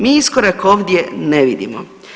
Mi iskorak ovdje ne vidimo.